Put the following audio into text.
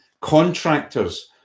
contractors